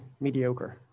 mediocre